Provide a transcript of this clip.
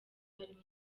harimo